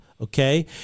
Okay